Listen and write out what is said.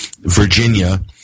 Virginia